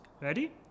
ready